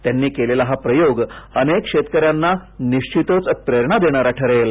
त्यांनी केलेला हा प्रयोग अनेक शेतकऱ्यांना प्रेरणा देणारा ठरेल